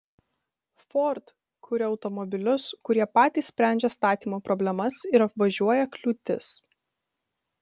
ford kuria automobilius kurie patys sprendžia statymo problemas ir apvažiuoja kliūtis